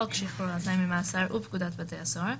חוק שחרור על־תנאי ממאסר ופקודת בתי הסוהר,